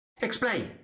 Explain